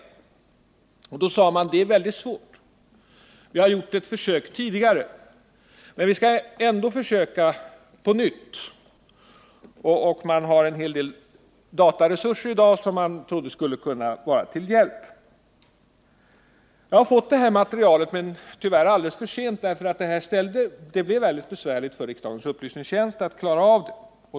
Då sade man: Det är väldigt svårt att göra det — vi har gjort ett försök tidigare — men vi skall ändå försöka på nytt. Man har en hel del dataresurser i dag som man trodde skulle kunna vara till hjälp. Jag har nu fått det här materialet, men tyvärr alldeles för sent. Det blev väldigt besvärligt för riksdagens upplysningstjänst att klara av det.